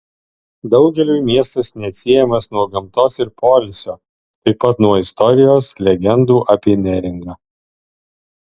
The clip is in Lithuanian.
daugeliui miestas neatsiejamas nuo gamtos ir poilsio taip pat nuo istorijos legendų apie neringą